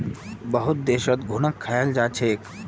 बहुत देशत घुनक खाल जा छेक